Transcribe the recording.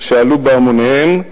שעלו בהמוניהם,